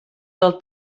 del